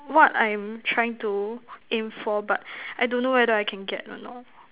what I'm trying to aim for but I don't know whether I can get or not